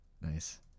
Nice